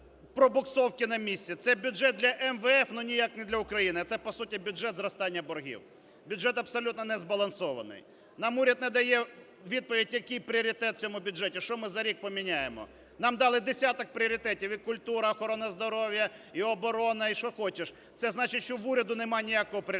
пробуксовки на місці, це бюджет для МВФ, ну, ніяк не для України, це, по суті, бюджет зростання боргів. Бюджет абсолютно незбалансований. Нам уряд не дає відповідь, який пріоритет в цьому бюджеті, що ми за рік поміняємо. Нам дали десяток пріоритетів: і культура, охорона здоров'я, і оборона, і що хочеш, це значить, що в уряду нема ніякого пріоритету,